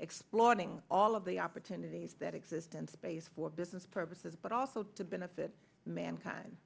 exploring all of the opportunities that exist in space for business purposes but also to benefit mankind